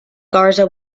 garza